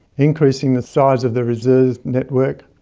increasing the size of the reserve network,